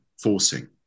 forcing